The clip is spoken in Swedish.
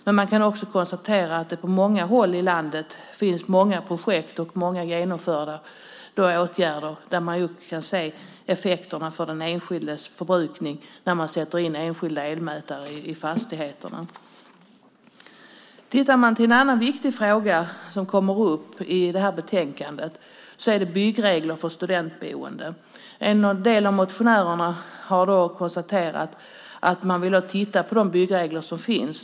Men jag kan också konstatera att det på många håll i landet finns många projekt, och många är genomförda. Det handlar om åtgärder där man genom att sätta in separata elmätare i fastigheterna kan se effekterna för den enskildes förbrukning. En annan viktig fråga som kommer upp i betänkandet är den om byggregler för studentboenden. En del av motionärerna vill att man tittar närmare på de byggregler som finns.